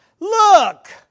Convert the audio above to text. Look